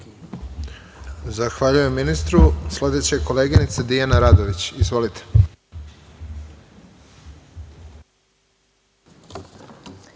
Zahvaljujem ministru. Sledeća je koleginica Dijana Radović. Izvolite.